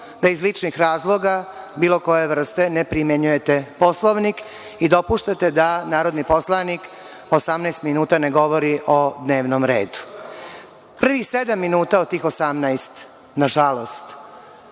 da iz ličnih razloga, bilo koje vrste, ne primenjujete Poslovnik i dopuštate da narodni poslanik 18 minuta ne govori o dnevnom redu. Prvih sedam minuta od tih 18, nažalost,